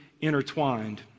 intertwined